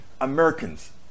Americans